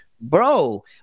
Bro